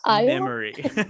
memory